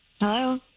Hello